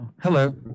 Hello